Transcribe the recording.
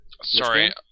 Sorry